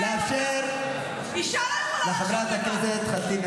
היא רוצה לדבר בכל זאת.